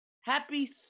Happy